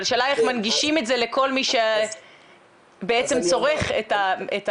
אבל השאלה איך מנגישים את זה לכל מי שבעצם צורך את ההימורים.